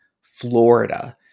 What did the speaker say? Florida